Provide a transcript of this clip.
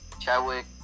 Chadwick